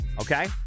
okay